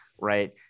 right